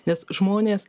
nes žmonės